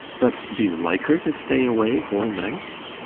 but do you like her to stay away whole nights?